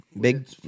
Big